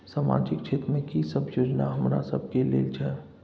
सामाजिक क्षेत्र में की सब योजना हमरा सब के लेल छै?